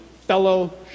fellow